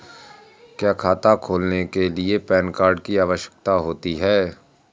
क्या खाता खोलने के लिए पैन कार्ड की आवश्यकता होती है?